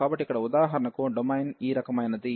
కాబట్టి ఇక్కడ ఉదాహరణకు డొమైన్ ఈ రకమైనది